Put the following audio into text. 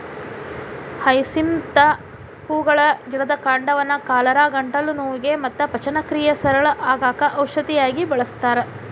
hyacinth ಹೂಗಳ ಗಿಡದ ಕಾಂಡವನ್ನ ಕಾಲರಾ, ಗಂಟಲು ನೋವಿಗೆ ಮತ್ತ ಪಚನಕ್ರಿಯೆ ಸರಳ ಆಗಾಕ ಔಷಧಿಯಾಗಿ ಬಳಸ್ತಾರ